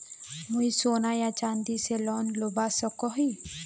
मुई सोना या चाँदी से लोन लुबा सकोहो ही?